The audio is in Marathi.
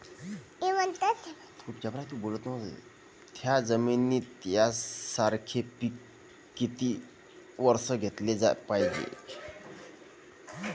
थ्याच जमिनीत यकसारखे पिकं किती वरसं घ्याले पायजे?